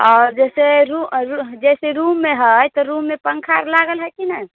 आओर जैसे रूम जैसे रूममे हय तऽ रूममे पङ्खा अर लागल हय की नहि